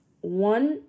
one